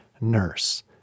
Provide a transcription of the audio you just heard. nurse